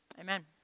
Amen